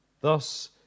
Thus